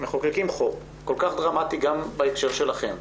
מחוקקים חוק כל כך דרמטי גם בהקשר שלכם.